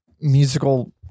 musical